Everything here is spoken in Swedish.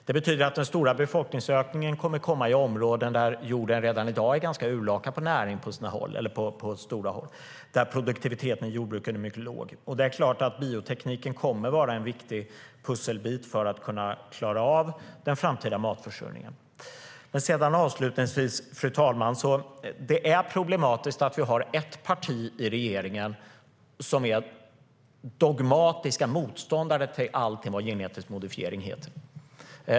Det betyder att den stora befolkningsökningen kommer i områden där jorden redan i dag är urlakad på näring på många håll och produktiviteten i jordbruket är mycket låg. Det är klart att biotekniken kommer att vara en viktig pusselbit för att kunna klara av den framtida matförsörjningen. Fru talman! Det är problematiskt att vi i regeringen har ett parti som är dogmatiska motståndare till allting vad genetisk modifiering heter.